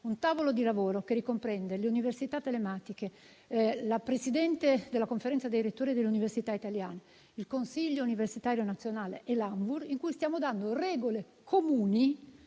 un tavolo di lavoro che ricomprende le università telematiche la Presidente della Conferenza dei rettori delle università italiane, il Consiglio universitario nazionale e l'ANVUR, in cui stiamo dando regole comuni